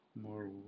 More